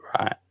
Right